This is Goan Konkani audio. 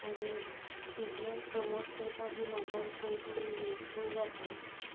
आनी बिझनॅस प्रोमोट करपाक बी मोबायल खूब युजफूल जाता